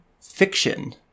fiction